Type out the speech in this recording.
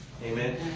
Amen